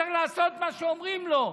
שצריך לעשות מה שאומרים לו.